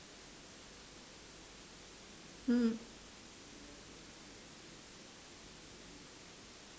mm